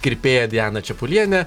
kirpėją dianą čepulienę